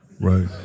Right